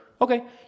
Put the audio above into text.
Okay